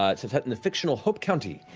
ah set set in the fictional hope county,